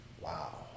Wow